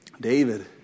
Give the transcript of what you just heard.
David